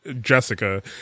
jessica